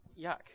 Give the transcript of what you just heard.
yuck